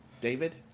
david